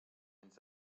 anys